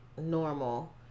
normal